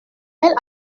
elle